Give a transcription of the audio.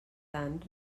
tant